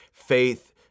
faith